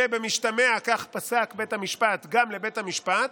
ובמשתמע גם לבית המשפט,